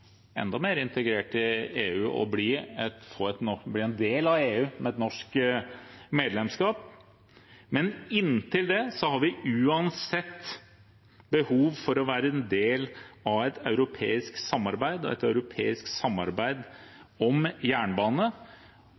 en del av EU med et norsk medlemskap, men inntil det har vi uansett behov for å være en del av et europeisk samarbeid og et europeisk samarbeid om jernbane,